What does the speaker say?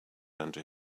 under